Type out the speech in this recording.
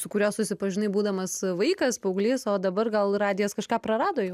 su kuriuo susipažinai būdamas vaikas paauglys o dabar gal radijas kažką prarado